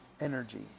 energy